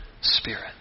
spirit